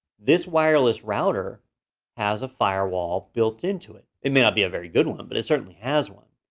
this wireless router has a firewall built into it. it may not be a very good one, but it certainly has one.